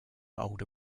older